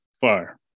fire